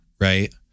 right